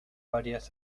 varias